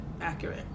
accurate